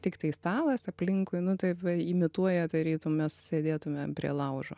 tiktai stalas aplinkui nu taip va imituoja tarytum mes sėdėtumėm prie laužo